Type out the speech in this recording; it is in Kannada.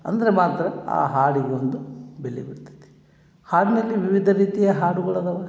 ಅಂದರೆ ಮಾತ್ರ ಆ ಹಾಡಿಗೊಂದು ಬೆಲೆ ಬರ್ತೈತಿ ಹಾಡಿನಲ್ಲಿ ವಿವಿಧ ರೀತಿಯ ಹಾಡುಗಳಾದಾವ